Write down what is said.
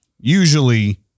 Usually